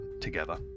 together